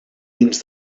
dins